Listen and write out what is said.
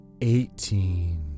eighteen